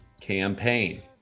campaign